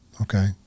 Okay